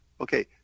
okay